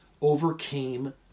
overcame